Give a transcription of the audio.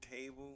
table